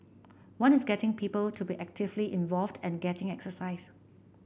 one is getting people to be actively involved and getting exercise